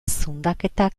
zundaketak